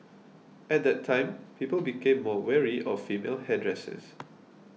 at that time people became more wary of female hairdressers